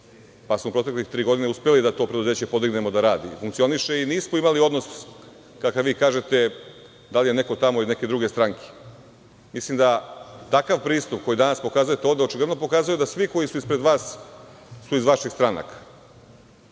pa smo protekle tri godine uspeli da to preduzeće podignemo da radi i funkcioniše i mi smo imali odnos, kako vi kažete, da li je neko tamo iz neke druge stranke. Mislim da takav pristup koji danas pokazujete, ovde očigledno pokazuje da svi koji su ispred vas su iz vaših stranaka,